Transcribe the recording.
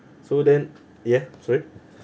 so then ya sorry